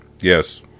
Yes